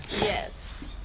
Yes